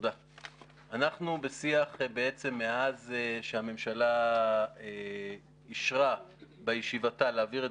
אני פשוט מודה שההתלוצצות קודם כי כולנו חברים וזה